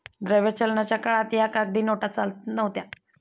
द्रव्य चलनाच्या काळात या कागदी नोटा चालत नव्हत्या